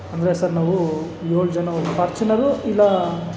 ಅಂದರೆ ಸರ್ ನಾವು ಏಳು ಜನ ಫಾರ್ಚ್ಯುನರು ಇಲ್ಲ